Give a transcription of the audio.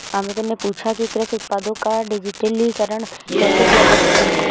अमित ने पूछा कि कृषि उत्पादों का डिजिटलीकरण कैसे किया जा सकता है?